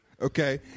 Okay